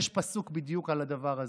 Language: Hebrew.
יש פסוק בדיוק על הדבר הזה.